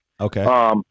Okay